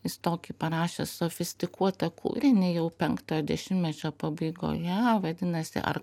jis tokį parašė sofistikuotą kūrinį jau penktojo dešimtmečio pabaigoje vadinasi ar